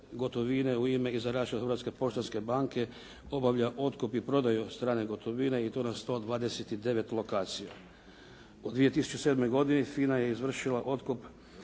gotovine u ime i za račun Hrvatske poštanske banke obavlja otkup i prodaju strane gotovine i to na 129 lokacija. U 2007. godini FINA je izvršila otkup